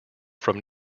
from